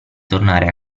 tornare